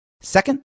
Second